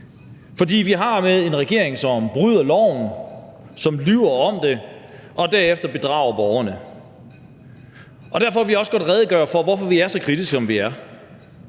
For vi har med en regering at gøre, som bryder loven, som lyver om det, og som derefter bedrager borgerne. Derfor vil jeg også godt redegøre for, hvorfor vi er så kritiske, som vi er.